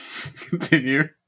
Continue